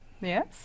Yes